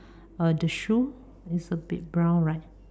uh the shoe is a bit brown right